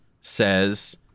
says